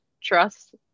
trust